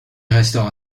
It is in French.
restera